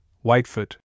Whitefoot